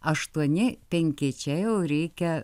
aštuoni penki čia jau reikia